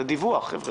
חבר'ה, זה דיווח.